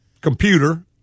computer